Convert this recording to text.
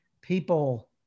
people